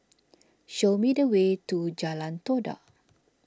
show me the way to Jalan Todak